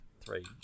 three